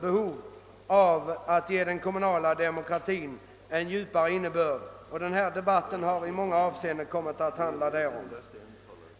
Behovet av att ge den kommunala demokratin en djupare innebörd har framhållits i olika sammanhang, och denna debatt har i många avseenden kommit att handla därom.